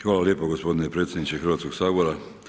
Hvala lijepo gospodine predsjedniče Hrvatskoga sabora.